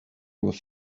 was